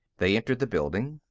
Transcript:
they entered the building.